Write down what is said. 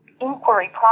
inquiry